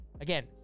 Again